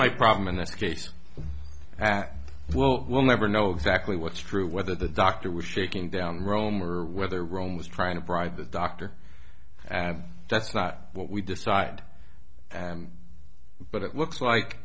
my problem in this case well we'll never know exactly what's true whether the doctor was shaking down rome or whether rome was trying to bribe the doctor and that's not what we decide but it looks like